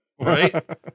Right